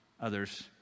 Others